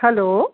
hello